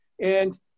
And-